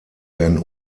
werden